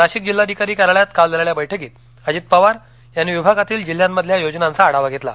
नाशिक जिल्हाधिकारी कार्यालयात काल झालेल्या बैठकीत अजित पवार यांनी विभागातील जिल्ह्यांमधल्या योजनांचा आढावा घेतला